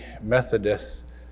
Methodists